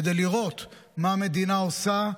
כדי לראות מה המדינה עושה,